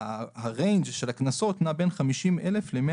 הריינג' של הקנסות נע בין 50 אלף ל-100